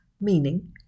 meaning